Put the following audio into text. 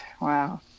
Wow